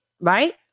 right